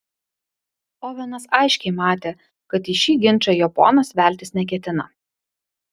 ovenas aiškiai matė kad į šį ginčą jo ponas veltis neketina